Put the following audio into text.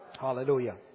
Hallelujah